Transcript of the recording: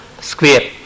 Square